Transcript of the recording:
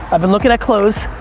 i've been looking at clothes,